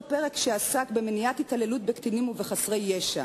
פרק שעסק במניעת התעללות בקטינים ובחסרי ישע.